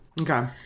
okay